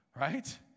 right